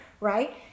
right